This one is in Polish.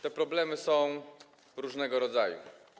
Te problemy są różnego rodzaju.